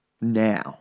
now